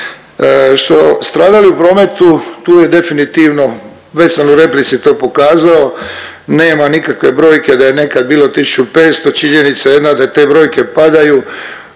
Stradali u prometu, tu je definitivno već sam u replici to pokazao, nema nikakve brojke da je nekad bilo 1500, činjenica jedna da te brojke padaju.